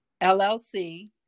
LLC